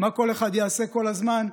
מה כל אחד יעשה כל הזמן.